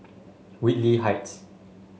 Whitley Heights